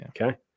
Okay